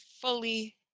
fully